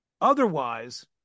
Otherwise